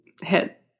hit